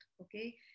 Okay